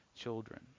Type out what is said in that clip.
children